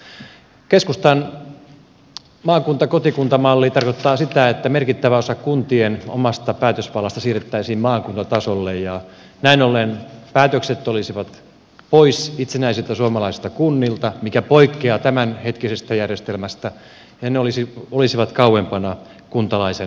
keskustan maakuntakotikunta malli tarkoittaa sitä että merkittävä osa kuntien omasta päätösvallasta siirrettäisiin maakuntatasolle ja näin ollen päätökset olisivat pois itsenäisiltä suomalaisilta kunnilta mikä poikkeaa tämänhetkisestä järjestelmästä ja ne olisivat kauempana kuntalaisen arjesta